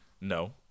No